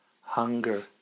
hunger